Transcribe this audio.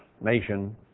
nation